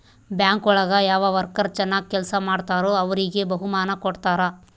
bank ಒಳಗ ಯಾವ worker ಚನಾಗ್ ಕೆಲ್ಸ ಮಾಡ್ತಾರೋ ಅವ್ರಿಗೆ ಬಹುಮಾನ ಕೊಡ್ತಾರ